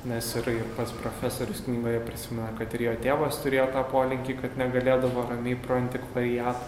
nes ir pats profesorius knygoje prisimena kad ir jo tėvas turėjo tą polinkį kad negalėdavo ramiai pro antikvariatą